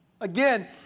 Again